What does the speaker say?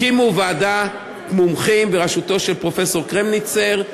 הקימו ועדת מומחים בראשותו של פרופסור קרמניצר.